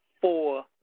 four